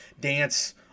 dance